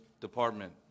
Department